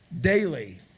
daily